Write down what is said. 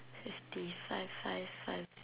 fifty five five five